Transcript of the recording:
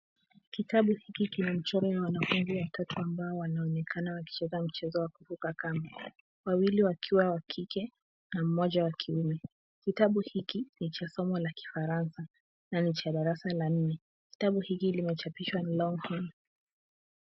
Kitabu hiki kina mchoro wa wanafunzi watatu ambao wanacheza mchezo wa kuruka kamba wawili wakiwa wa kike na mmoja wa kiume. Kitabu hiki ni cha somo la kifaransa na ni cha darasa la nne. Kitabu hiki kimechapishwa na Longhorn .